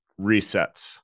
resets